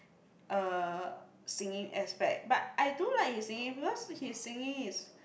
uh singing aspect but I do like his singing because his singing is